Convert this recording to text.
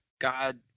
God